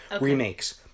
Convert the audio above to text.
Remakes